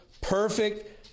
perfect